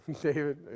David